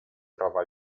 trova